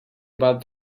about